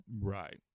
Right